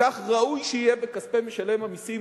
וכך ראוי שיהיה בכספי משלם המסים,